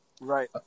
Right